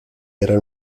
eran